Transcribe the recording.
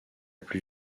plus